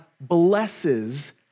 blesses